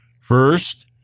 First